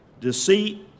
deceit